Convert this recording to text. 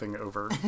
over